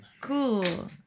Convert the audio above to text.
Cool